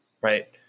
Right